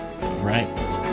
Right